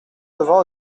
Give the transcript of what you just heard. levant